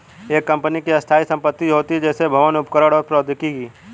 एक कंपनी की स्थायी संपत्ति होती हैं, जैसे भवन, उपकरण और प्रौद्योगिकी